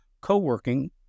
co-working